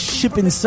Shipping